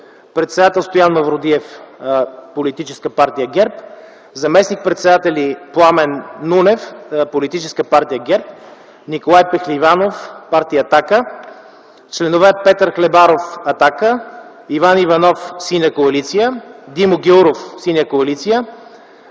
председател – Стоян Мавродиев, Политическа партия ГЕРБ; заместник - председатели – Пламен Нунев, Политическа партия ГЕРБ; Николай Пехливанов, партия „Атака”; членове – Петър Хлебаров, „Атака”; Иван Иванов, Синя коалиция; Димо Гяуров, Синя коалиция;